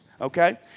okay